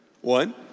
One